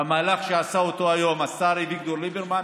והמהלך שעשה אותו היום השר אביגדור ליברמן